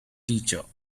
teacher